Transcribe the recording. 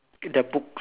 the books